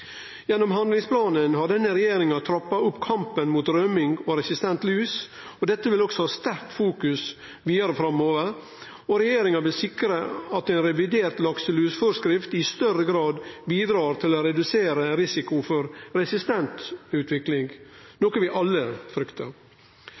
Gjennom handlingsplanen har denne regjeringa trappa opp kampen mot rømming og resistent lus, og dette vil ein også ha stor merksemd på vidare framover. Regjeringa vil sikre at ei revidert lakselusforskrift i større grad bidreg til å redusere risikoen for